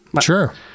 sure